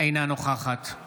אינה נוכחת